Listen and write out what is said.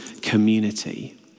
community